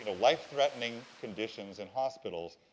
you know life-threatening conditions in hospitals,